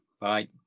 Bye